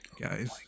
guys